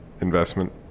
investment